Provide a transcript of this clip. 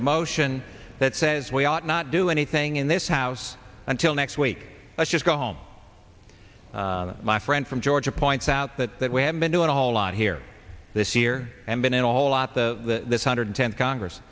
a motion that says we ought not do anything in this house until next week let's just go home my friend from georgia points out that that we have been doing a whole lot here this year and been in a whole lot the hundred tenth congress